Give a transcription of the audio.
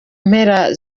mpera